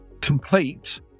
complete